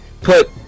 put